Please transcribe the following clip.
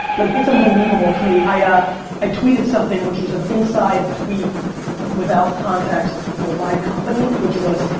like, it's unbelievable to me, i ah i tweeted something which was an inside tweet without context for my company. which was,